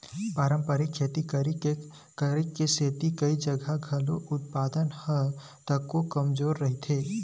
पारंपरिक खेती करई के सेती कइ जघा के उत्पादन ह तको कमजोरहा रहिथे